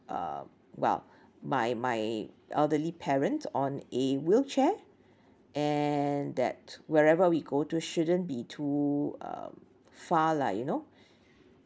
um well my my elderly parent on a wheelchair and that wherever we go to shouldn't be too um far lah you know